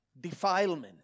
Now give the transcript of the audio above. defilement